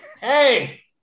Hey